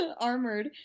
Armored